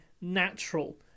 natural